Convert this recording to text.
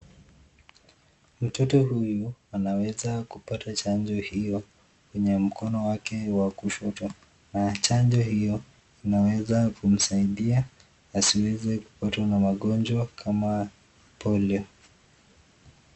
Mtoto huyu anaweza kupatwa chanjo hiyo kwenye mkono wake wa kushoto na chanjo hiyo inaweza kumsaidia asiwezwe kupatwa na magonjwa kama Polio.